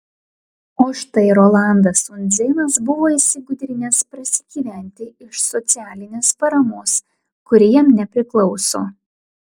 o štai rolandas undzėnas buvo įsigudrinęs prasigyventi iš socialinės paramos kuri jam nepriklauso